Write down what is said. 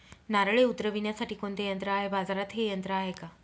नारळे उतरविण्यासाठी कोणते यंत्र आहे? बाजारात हे यंत्र आहे का?